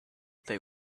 they